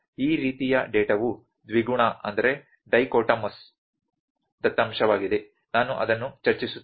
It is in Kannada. ಆದ್ದರಿಂದ ಈ ರೀತಿಯ ಡೇಟಾವು ದ್ವಿಗುಣ ದತ್ತಾಂಶವಾಗಿದೆ ನಾನು ಅದನ್ನು ಚರ್ಚಿಸುತ್ತೇನೆ